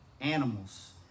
Animals